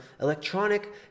electronic